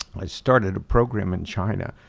i started a program in china,